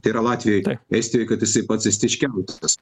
tai yra latvijoj estijoj kad jisai pats estiškiausias